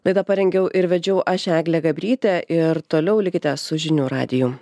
laidą parengiau ir vedžiau aš eglė gabrytė ir toliau likite su žinių radiju